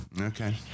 okay